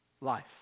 life